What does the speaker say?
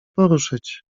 poruszyć